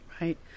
Right